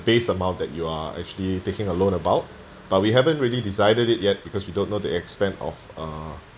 base amount that you are actually taking a loan about but we haven't really decided it yet because we don't know the extent of uh